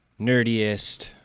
nerdiest